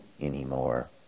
anymore